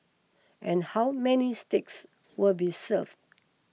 and how many steaks will be served